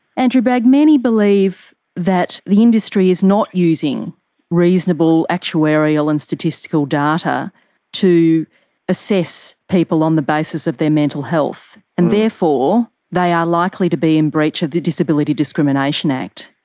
andrew bragg, many believe that the industry is not using reasonable, actuarial and statistical data to assess people on the basis of their mental health, and therefore they are likely to be in breach of the disability discrimination act.